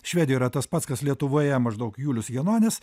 švedijoj yra tas pats kas lietuvoje maždaug julius janonis